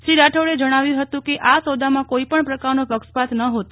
શ્રી રાઠોરે જણાવ્યું હતું કેઆ સોદામાં કોઇપણ પ્રકારનો પક્ષપાત નહોતો